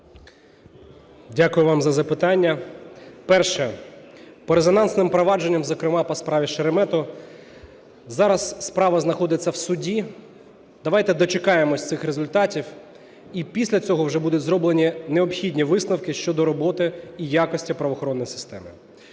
Дякую вам за запитання. Перше: по резонансним провадженням, зокрема по страві Шеремета. Зараз справа знаходиться в суді. Давайте дочекаємось цих результатів, і після цього вже будуть зроблені необхідні висновки щодо роботи і якості правоохоронної системи.